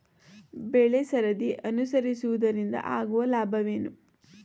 ಬೆಳೆಸರದಿ ಅನುಸರಿಸುವುದರಿಂದ ಆಗುವ ಲಾಭವೇನು?